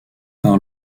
par